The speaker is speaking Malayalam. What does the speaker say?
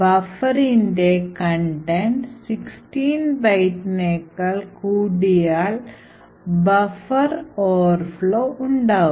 ബഫർൻറെ content 16 bytes നേക്കാൾ കൂടിയാൽ ബഫർ ഓവർ ഫ്ലോ ഉണ്ടാകും